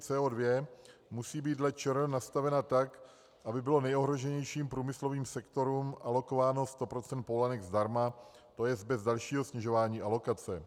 CO2 musí být dle ČR nastavena tak, aby bylo nejohroženějším průmyslovým sektorům alokováno 100 % povolenek zdarma, tj. bez dalšího snižování alokace.